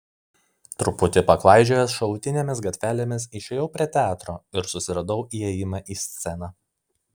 truputį paklaidžiojęs šalutinėmis gatvelėmis išėjau prie teatro ir susiradau įėjimą į sceną